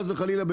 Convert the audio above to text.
חס וחלילה,